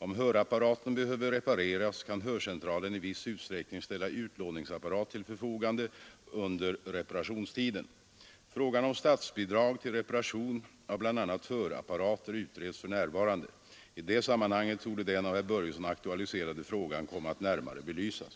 Om hörapparaten behöver repareras kan hörcentralen i viss utsträckning ställa utlåningsapparat till förfogande under reparationstiden. Frågan om statsbidrag till reparation av bl.a. hörapparater utreds för närvarande. I det sammanhanget torde den av herr Börjesson aktualiserade frågan komma att närmare belysas.